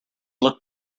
looked